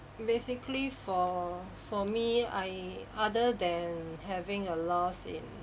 basically for for me I other than having your loss in